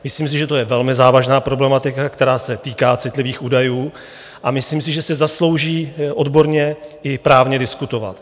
Myslím si, že je to velmi závažná problematika, která se týká citlivých údajů, a myslím si, že si zaslouží odborně i právně diskutovat.